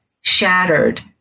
shattered